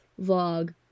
vlog